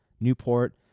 Newport